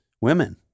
women